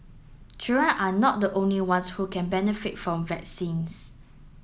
children are not the only ones who can benefit from vaccines